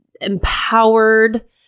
empowered